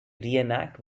reenact